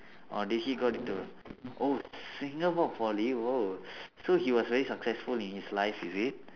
oh did he got it to oh singapore poly !wow! so he was very successful in his life is it